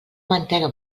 mantega